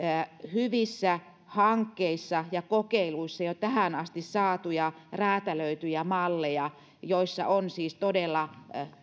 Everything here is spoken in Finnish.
hyvissä hankkeissa ja kokeiluissa jo tähän asti saatuja räätälöityjä malleja joissa on siis todella